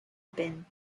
been